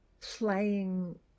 playing